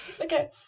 Okay